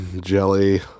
Jelly